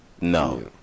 No